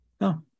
No